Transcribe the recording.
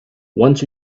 once